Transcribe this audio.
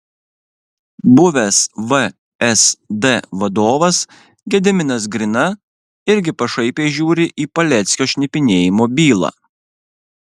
buvęs vsd vadovas gediminas grina irgi pašaipiai žiūri į paleckio šnipinėjimo bylą